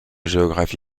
géographes